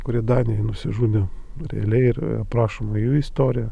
kurie danijoj nusižudė realiai ir aprašoma jų istorija